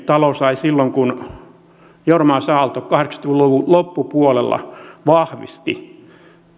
talo sai silloin kun jorma s aalto kahdeksankymmentä luvun loppupuolella vahvisti